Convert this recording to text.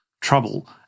trouble